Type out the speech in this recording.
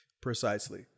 Precisely